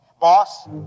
Boss